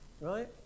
Right